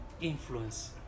influence